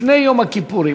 לפני יום הכיפורים,